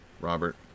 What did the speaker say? Robert